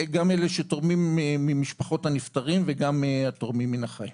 גם אלה שתורמים ממשפחות הנפטרים וגם התורמים מן החי.